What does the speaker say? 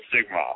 stigma